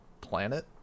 planet